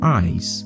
eyes